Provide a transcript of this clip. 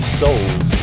souls